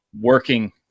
working